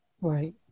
Right